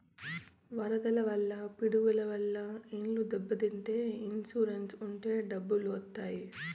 వరదల వల్ల పిడుగుల వల్ల ఇండ్లు దెబ్బతింటే ఇన్సూరెన్స్ ఉంటే డబ్బులు వత్తాయి